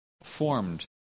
formed